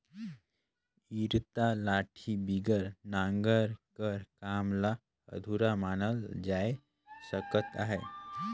इरता लाठी बिगर नांगर कर काम ल अधुरा मानल जाए सकत अहे